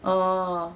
oh